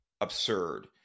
absurd